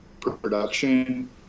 production